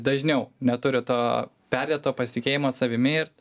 dažniau neturi to perdėto pasitikėjimo savimi ir